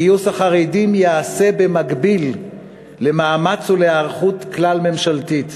גיוס החרדים ייעשה במקביל למאמץ ולהיערכות כלל-ממשלתית